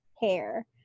hair